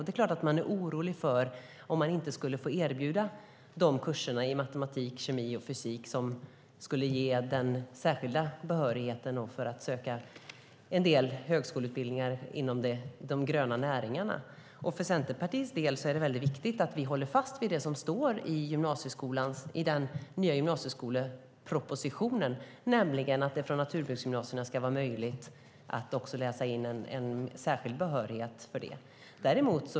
Det är klart att man är orolig för om man inte skulle få erbjuda de kurser i matematik, kemi och fysik som skulle ge den särskilda behörigheten för att söka en del högskoleutbildningar inom de gröna näringarna. För Centerpartiets del är det viktigt att vi håller fast vid det som står i den nya gymnasieskolepropositionen, nämligen att det på naturbruksgymnasierna ska vara möjligt att också läsa in en särskild behörighet.